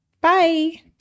Bye